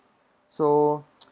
so